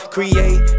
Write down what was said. Create